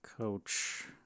Coach